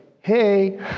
hey